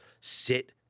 sit